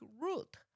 root